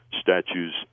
statues